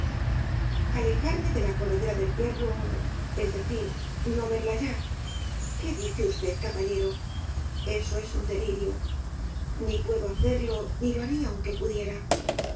alejarme de la corredera del perro es decir no verla ya qué dice usted caballero eso es un deel caballero de las botas azules lirio ni puedo hacerlo ni lo haría aunque pudiera